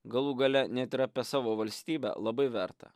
galų gale net ir apie savo valstybę labai verta